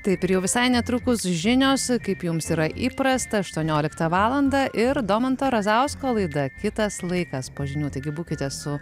taip ir jau visai netrukus žinios kaip jums yra įprasta aštuoniolikta valandą ir domanto razausko laida kitas laikas po žinių taigi būkite su